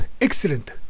excellent